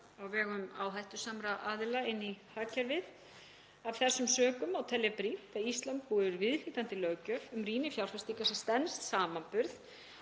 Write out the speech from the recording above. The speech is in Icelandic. á vegum áhættusamra aðila inn í hagkerfið. Af þessum sökum tel ég brýnt að Ísland búi yfir viðhlítandi löggjöf um rýni fjárfestinga sem stenst samanburð